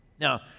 Now